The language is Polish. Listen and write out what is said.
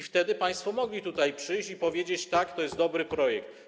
Wtedy państwo mogli tutaj przyjść i powiedzieć: tak, to jest dobry projekt.